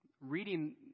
reading